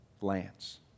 Lance